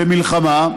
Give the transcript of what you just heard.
למלחמה,